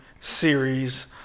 series